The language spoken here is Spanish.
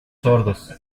sordos